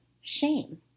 shame